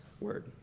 word